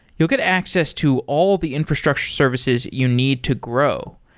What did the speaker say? you'll get access to all the infrastructure services you need to grow.